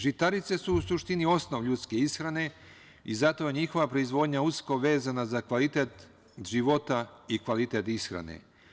Žitarice su, u suštini, osnov ljudske ishrane i zato njihova proizvodnja je usko vezana za kvalitet života i kvalitet ishrane.